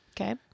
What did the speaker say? Okay